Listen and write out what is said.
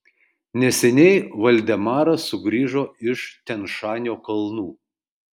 neseniai valdemaras sugrįžo iš tian šanio kalnų